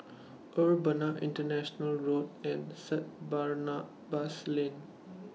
Urbana International Road and Saint Barnabas Lane